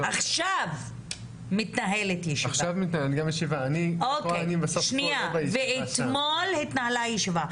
עכשיו מתנהלת ישיבה ואתמול התנהלה ישיבה.